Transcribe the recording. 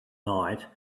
night